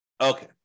Okay